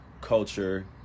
culture